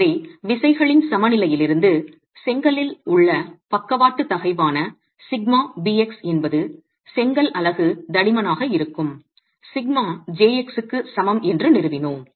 எனவே விசைகளின் சமநிலையிலிருந்து செங்கலில் உள்ள பக்கவாட்டு தகைவான σbx என்பது செங்கல் அலகு தடிமனாக இருக்கும் σjx க்கு சமம் என்று நிறுவினோம்